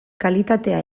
kalitatea